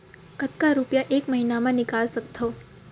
कतका रुपिया एक महीना म निकाल सकथव?